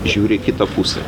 žiūri į kitą pusę